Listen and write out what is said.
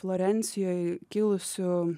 florencijoj kilusių